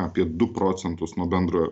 apie du procentus nuo bendrojo